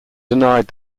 denied